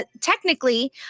Technically